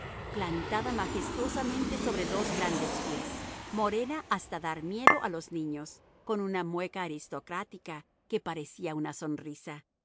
plantada majestuosamente sobre dos grandes pies morena hasta dar miedo a los niños con una mueca aristocrática que parecía una sonrisa